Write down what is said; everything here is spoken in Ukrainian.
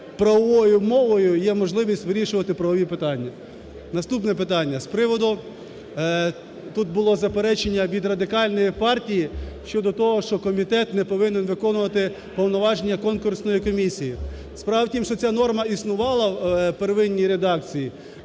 правовою мовою є можливість вирішувати правові питання. Наступне питання: з приводу… тут було заперечення від Радикальної партії щодо того, що комітет не повинен виконувати повноваження конкурсної комісії. Справа в тім, що ця норма існувала в первинній редакції,